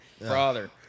brother